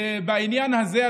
ובעניין הזה,